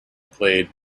played